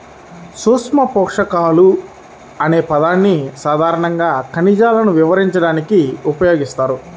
సూక్ష్మపోషకాలు అనే పదాన్ని సాధారణంగా ఖనిజాలను వివరించడానికి ఉపయోగిస్తారు